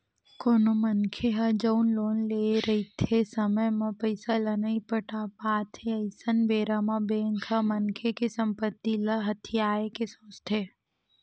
कोनो मनखे ह जउन लोन लेए रहिथे समे म पइसा ल नइ पटा पात हे अइसन बेरा म बेंक ह मनखे के संपत्ति ल हथियाये के सोचथे